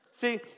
See